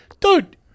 Dude